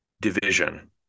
division